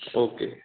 okay